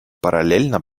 параллельно